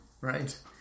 Right